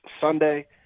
Sunday